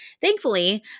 Thankfully